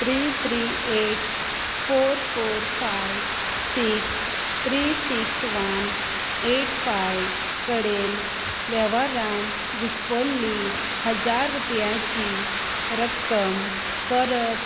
three three eight four four five six three six one eight five कडेन वेव्हारान घुसपल्ली हजार रुपयांची रक्कम परत